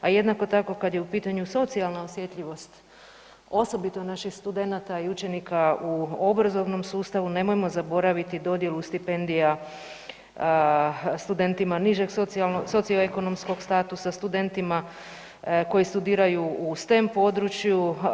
A jednako tako kad je u pitanju socijalna osjetljivost, osobito naših studenata i učenika u obrazovnom sustavu, nemojmo zaboraviti dodjelu stipendija studentima nižeg socioekonomskog statusa, studentima koji studiraju u stem području.